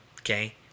okay